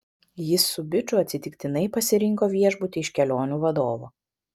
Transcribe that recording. jis su biču atsitiktinai pasirinko viešbutį iš kelionių vadovo